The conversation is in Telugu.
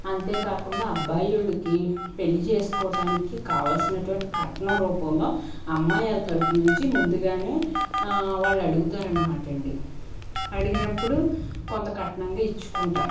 అంతేకాకుండా అబ్బాయి వాళ్లకి పెళ్లికచేసుకోటానికి కావలసినటువంటి కట్నం రూపంలో అమ్మాయి వాళ్ల తరఫునుంచి ముందుగానే వాళ్ళడుగుతారనమాటండి అడిగినప్పుడు కొంత కట్నంగా ఇచ్చుకుంటారు